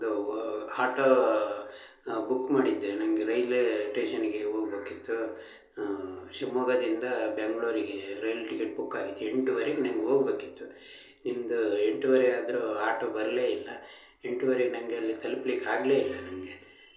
ಇದು auto book ಮಾಡಿದ್ದೆ ನನಗೆ ರೈಲೇ ಟೇಶನ್ನಿಗೆ ಹೋಗ್ಬೇಕಿತ್ತು ಶಿವಮೊಗ್ಗದಿಂದ ಬೆಂಗಳೂರಿಗೆ ರೈಲ್ ಟಿಕೆಟ್ ಬುಕ್ ಆಗಿತ್ತು ಎಂಟೂವರೆಗೆ ನನ್ಗೆ ಹೋಗ್ಬೇಕಿತ್ತು ನಿಮ್ಮದು ಎಂಟೂವರೆ ಆದರೂ ಆಟೋ ಬರಲೇಯಿಲ್ಲ ಎಂಟೂವರೆಗೆ ನನಗೆ ಅಲ್ಲಿ ತಲುಪ್ಲಿಕ್ಕೆ ಆಗಲೇ ಇಲ್ಲ ನನಗೆ